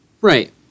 Right